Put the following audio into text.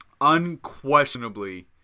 unquestionably